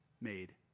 made